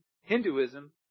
Hinduism